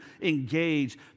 engage